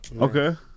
Okay